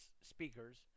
speakers